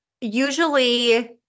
Usually